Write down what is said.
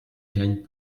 gagne